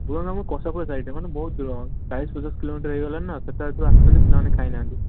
ବୋଳଙ୍ଗ school କସାଫଳ ସାଇଡ୍ରେ ମାନେ ବହୁତ ଦୂର ଚାଳିଶ ପଚାଶ କିଲୋମିଟର୍ ହେଇଗଲାଣି ନା ସେତେ ବାଟରୁ ଆସିଛନ୍ତି ପିଲାମାନେ ଖାଇନାହାଁନ୍ତି